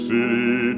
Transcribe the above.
City